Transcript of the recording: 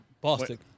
Boston